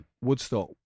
Woodstock